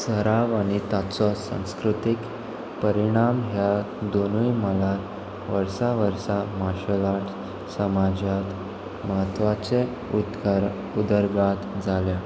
सराव आनी ताचो संस्कृतीक परिणाम ह्या दोनूय मलार वर्सा वर्सा मार्शल आर्ट्स समाजांत म्हत्वाचे उदकार उदरगात जाल्या